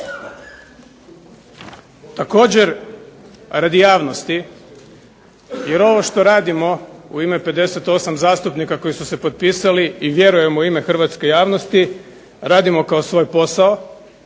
Također radi javnosti, jer ovo što radimo u ime 58 zastupnika koji su se potpisali i vjerujem u ime hrvatske javnosti radimo kao svoj posao